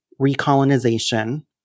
recolonization